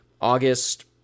August